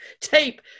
tape